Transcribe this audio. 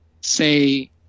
say